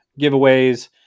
Giveaways